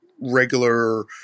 regular